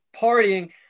partying